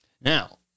Now